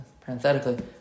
parenthetically